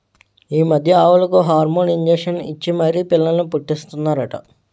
ఈ మధ్య ఆవులకు హార్మోన్ ఇంజషన్ ఇచ్చి మరీ పిల్లల్ని పుట్టీస్తన్నారట